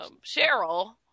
Cheryl –